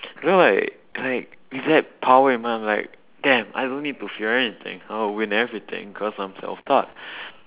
you know like like with that power in mind I'm like damn I don't need to fear anything I will win everything because I'm self taught